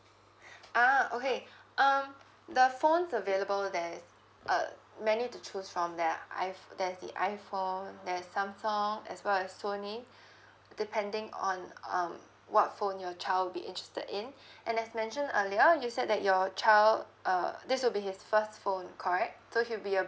ah okay um the phones available there's uh many to choose from there ah iph~ there's the iPhone there's Samsung as well as Sony depending on um what phone your child be interested in and there's mentioned earlier you said that your child uh this will be his first phone correct so he'll be a